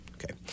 Okay